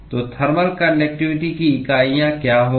तो thermal conductivity की इकाइयाँ क्या होंगी